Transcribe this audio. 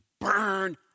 burn